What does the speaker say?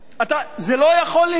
זה לא יכול להיות.